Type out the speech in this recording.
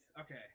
Okay